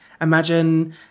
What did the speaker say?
Imagine